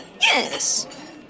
Yes